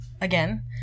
again